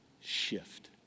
shift